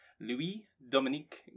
Louis-Dominique